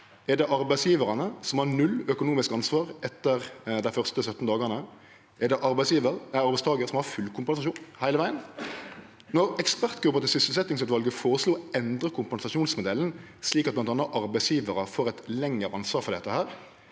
Er det arbeidsgjevarane, som har null økonomisk ansvar etter dei første 17 dagane? Er det arbeidstakaren, som har full kompensasjon heile vegen? Når ekspertgruppa til sysselsetjingsutvalet føreslo å endre kompensasjonsmodellen slik at bl.a. arbeidsgjevarar får eit lengre ansvar for dette,